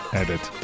edit